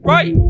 Right